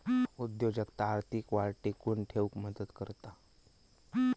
उद्योजकता आर्थिक वाढ टिकवून ठेउक मदत करता